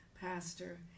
pastor